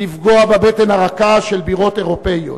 לפגוע ב"בטן הרכה" של בירות אירופיות.